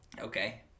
Okay